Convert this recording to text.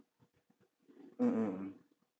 mm mm mm